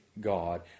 God